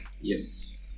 Yes